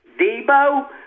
Debo